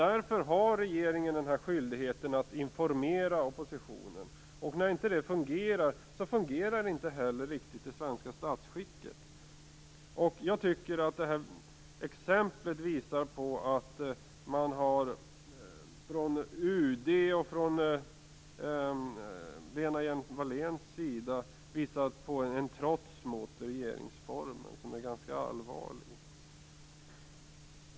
Regeringen har mot denna bakgrund en skyldighet att informera oppositionen, och när så inte sker fungerar inte heller det svenska statsskicket riktigt väl. Jag tycker att det här exemplet visar att UD och Lena Hjelm Wallén uppvisat ett trots mot regeringsformen som är ganska allvarligt.